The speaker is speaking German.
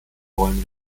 wollen